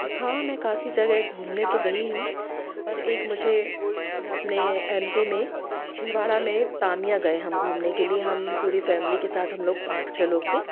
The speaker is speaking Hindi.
हाँ मैं काफ़ी जगह घूमने तो गई हूँ पर एक मुझे अपने एम पी में छिंदवाड़ा में तामिया गए हम घूमने के लिए हम पूरी फ़ैमिली के साथ हम लोग पाँच छह लोग थे